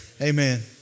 Amen